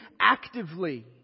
actively